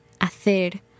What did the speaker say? Hacer